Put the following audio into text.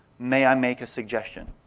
may i make a suggestion?